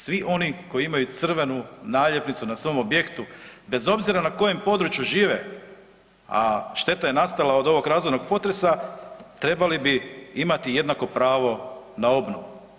Svi oni koji imaju crvenu naljepnicu na svojem objektu bez obzira na kojem području žive, a šteta je nastala od ovog razornog potresa trebali bi imati jednako pravo na obnovu.